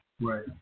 Right